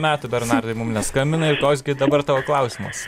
metų bernardai mum neskambinai ir koks gi dabar tavo klausimas